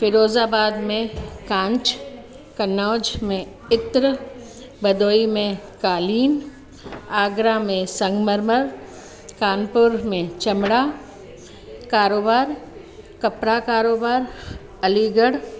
फिरोज़ाबाद में कांच कन्नौज में इत्र बधोई में कालीन आगरा में संगमरमर कानपुर में चमड़ा कारोबार कपिड़ा कारोबार अलीगढ़